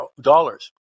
dollars